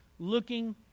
looking